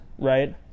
right